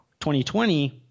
2020